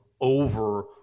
over